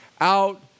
out